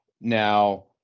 Now